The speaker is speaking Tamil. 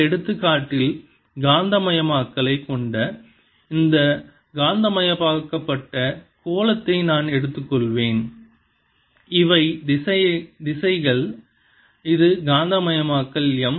இந்த எடுத்துக்காட்டில் காந்தமயமாக்கலைக் கொண்ட இந்த காந்தமாக்கப்பட்ட கோளத்தை நான் எடுத்துக்கொள்வேன் இவை திசைகள் இது காந்தமாக்கல் M